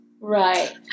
Right